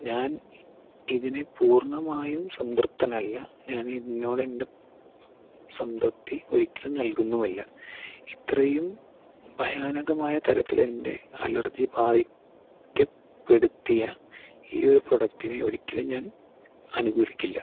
ഞാൻ ഇതിനെ പൂർണ്ണമായും സംതൃപ്തനല്ല ഞാൻ ഇതിനോട് എൻ്റെ സംതൃപ്തി ഒരിക്കലും നൽകുന്നുമില്ല ഇത്രയും ഭയാനകമായ തരത്തിൽ എൻ്റെ അലർജി ബാധിക്കപ്പെടുത്തിയ ഈ ഒരു പ്രൊഡക്ടിനെ ഒരിക്കലും ഞാൻ അനുകൂലിക്കില്ല